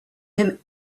him